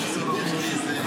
היושב-ראש,